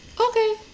Okay